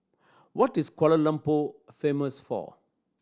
what is Kuala Lumpur famous for